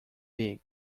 big